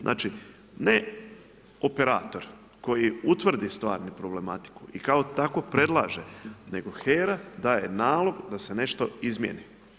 Znači, ne operator, koji utvrdi stvarnu problematiku i kao takvu predlaže, nego HERA daje nalog da se nešto izmjeni.